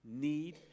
need